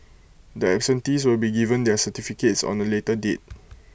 the absentees will be given their certificates on A later date